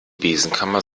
besenkammer